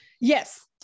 yes